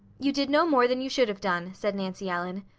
you did no more than you should have done, said nancy ellen.